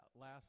last